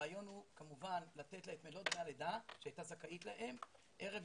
הרעיון הוא כמובן לתת לה את מלוא דמי